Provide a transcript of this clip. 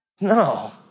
No